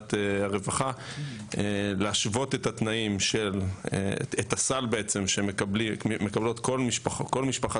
בוועדת הרווחה - להשוות את הסל שמקבלת כל משפחה